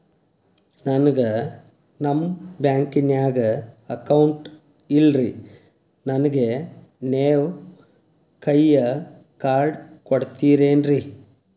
ನನ್ಗ ನಮ್ ಬ್ಯಾಂಕಿನ್ಯಾಗ ಅಕೌಂಟ್ ಇಲ್ರಿ, ನನ್ಗೆ ನೇವ್ ಕೈಯ ಕಾರ್ಡ್ ಕೊಡ್ತಿರೇನ್ರಿ?